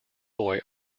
boy